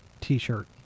T-shirt